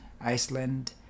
iceland